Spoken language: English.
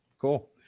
Cool